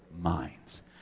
minds